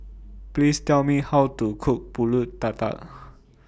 Please Tell Me How to Cook Pulut Tatal